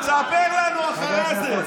תספר לנו אחרי זה.